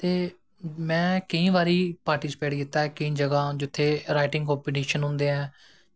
ते में केईं बारी पार्टिसपेट कीता ऐ केईं जगह जित्थै राईटिंग कंपिटिशन होंदे ऐं